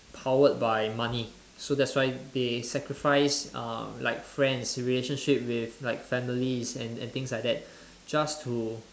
powered by money so that's why they sacrifice uh like friends relationship with like families and and things like that just to